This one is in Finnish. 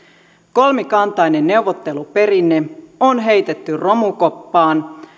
kolmikantainen neuvotteluperinne on heitetty romukoppaan